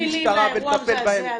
אין לי מילים לאירוע המזעזע הזה.